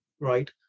right